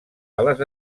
ales